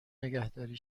نگهداری